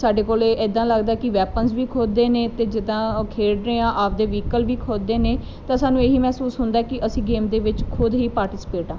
ਸਾਡੇ ਕੋਲ ਇੱਦਾਂ ਲੱਗਦਾ ਕਿ ਵੈਪਨਸ ਵੀ ਖੁਦ ਦੇ ਨੇ ਅਤੇ ਜਿੱਦਾਂ ਖੇਡ ਰਹੇ ਹਾਂ ਆਪਣੇ ਵਹੀਕਲ ਵੀ ਖੁਦ ਨੇ ਤਾਂ ਸਾਨੂੰ ਇਹ ਹੀ ਮਹਿਸੂਸ ਹੁੰਦਾ ਕਿ ਅਸੀਂ ਗੇਮ ਦੇ ਵਿੱਚ ਖੁਦ ਹੀ ਪਾਰਟੀਸਪੇਟ ਆ